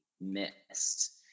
missed